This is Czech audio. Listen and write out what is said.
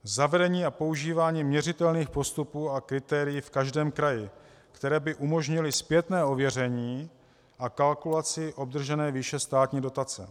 Zavedení a používání měřitelných postupů a kritérií v každém kraji, které by umožnily zpětné ověření a kalkulaci obdržené výše státní dotace.